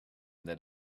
that